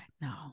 No